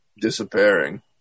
disappearing